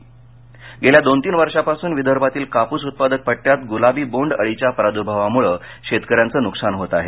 कापस अकोला गेल्या दोन तीन वर्षापासून विदर्भातील कापूस उत्पादक पट्टयात गुलाबी बोंड अळीच्या प्रादूर्भावामुळे शेतकऱ्यांचं नुकसान होत आहे